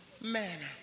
manner